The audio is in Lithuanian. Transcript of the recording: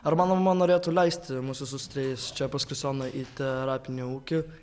ar mano mama norėtų leisti mus visus tris čia pas kristijoną į terapinį ūkį